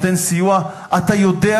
אתה נותן סיוע,